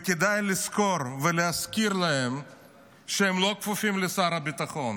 וכדאי לזכור ולהזכיר להם שהם לא כפופים לשר הביטחון,